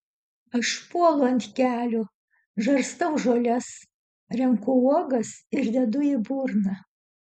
aš puolu ant kelių žarstau žoles renku uogas ir dedu į burną